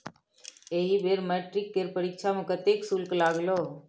एहि बेर मैट्रिक केर परीक्षा मे कतेक शुल्क लागलौ?